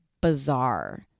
bizarre